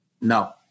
No